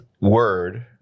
word